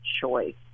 choice